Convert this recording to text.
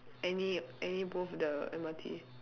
any any both the M_R_T